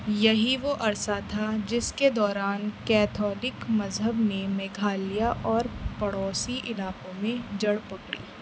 یہی وہ عرصہ تھا جس کے دوران کیتھولک مذہب نے میگھالیہ اور پڑوسی علاقوں میں جڑ پکڑی